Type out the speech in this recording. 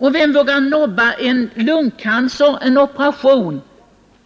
Eller vem vågar vägra någon med lungcancer operation